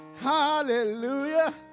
hallelujah